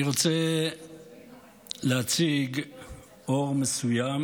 אני רוצה להקרין אור מסוים